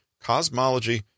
cosmology